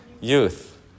youth